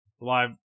live